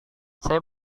saya